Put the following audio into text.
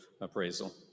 appraisal